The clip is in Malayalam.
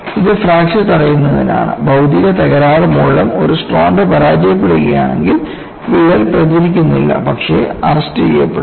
ഇത് ഫ്രാക്ചർ തടയുന്നതിനാണ് ഭൌതിക തകരാറുമൂലം ഒരു സ്ട്രോണ്ട് പരാജയപ്പെടുകയാണെങ്കിൽ വിള്ളൽ പ്രചരിപ്പിക്കുന്നില്ല പക്ഷേ അറസ്റ്റുചെയ്യപ്പെടും